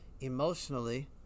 emotionally